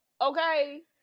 Okay